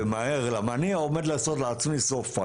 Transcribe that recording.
למה אני עומד לעשות לעצמי סוף פה.